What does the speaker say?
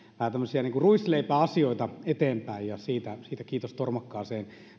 vähän tämmöisiä ruisleipäasioita eteenpäin ja kiitos siitä tarmokkaasta